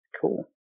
Cool